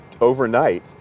overnight